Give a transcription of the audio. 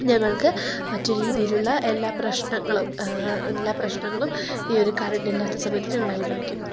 ഞങ്ങൾക്ക് മറ്റു രീതിയിലുള്ള എല്ലാ പ്രശ്നങ്ങളും എല്ലാ പ്രശ്നങ്ങളും ഈ ഒരു കറെണ്ടില്ലാത്ത സമയത്ത് ഞങ്ങളനുഭവിക്കുന്നു